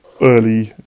early